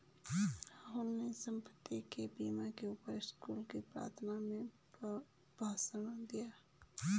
राहुल ने संपत्ति के बीमा के ऊपर स्कूल की प्रार्थना में भाषण दिया